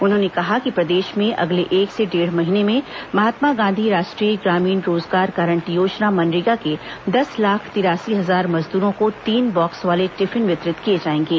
उन्होंने कहा कि प्रदेश में अगले एक से डेढ़ महीने में महात्मा गांधी राष्ट्रीय ग्रामीण रोजगार गारंटी योजना मनरेगा के दस लाख तिरासी हजार मजद्रों को तीन बॉक्स वाले टिफिन वितरित किए जाएंगे